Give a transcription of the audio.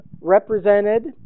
represented